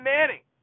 Manning